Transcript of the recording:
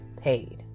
paid